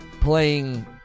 playing